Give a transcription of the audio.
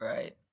Right